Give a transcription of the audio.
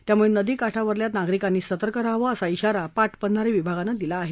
त्यामुळे नदी काठावरच्या नागरिकांनी सतर्क रहावं असा श्राा पाटबंधारे विभागानं दिला आहे